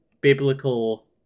biblical